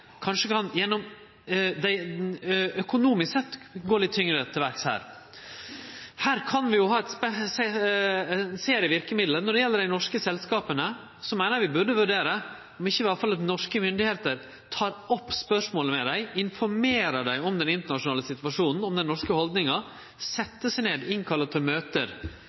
kanskje økonomisk sett kan gå litt tyngre til verks her. Her kan vi ha ein serie verkemiddel. Når det gjeld dei norske selskapa, meiner eg vi burde vurdere om ikkje i alle fall norske myndigheiter burde ta opp spørsmålet med dei, informere dei om den internasjonale situasjonen og om den norske haldninga, setje seg ned, innkalle til møte.